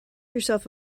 yourself